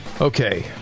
Okay